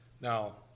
Now